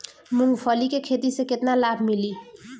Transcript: मूँगफली के खेती से केतना लाभ मिली?